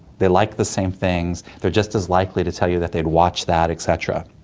they like the same things, they are just as likely to tell you that they'd watch that, et cetera.